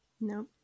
no